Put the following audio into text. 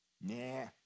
nah